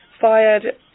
fired